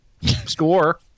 score